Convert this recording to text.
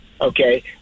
Okay